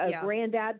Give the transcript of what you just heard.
granddad